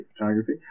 Photography